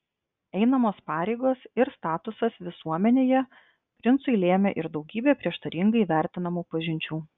einamos pareigos ir statusas visuomenėje princui lėmė ir daugybę prieštaringai vertinamų pažinčių